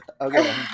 Okay